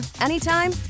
anytime